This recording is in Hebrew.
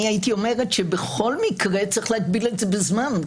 אני הייתי אומרת שבכל מקרה צריך להגביל את זה בזמן.